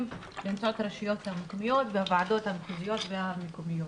באמצעות הרשויות המקומיות והוועדות החוזיות והמקומיות.